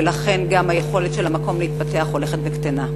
ולכן גם היכולת של המקום להתפתח הולכת וקטנה.